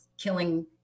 killing